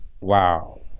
Wow